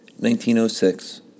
1906